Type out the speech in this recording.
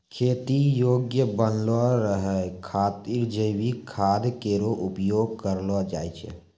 खेती योग्य बनलो रहै खातिर जैविक खाद केरो उपयोग करलो जाय छै